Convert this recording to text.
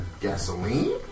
gasoline